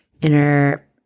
inner